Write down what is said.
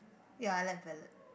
ya love ballad